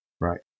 Right